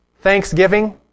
thanksgiving